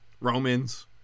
Romans